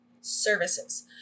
services